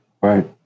right